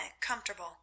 comfortable